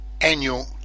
Annual